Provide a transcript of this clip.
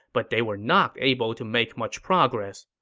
but they were not able to make much progress.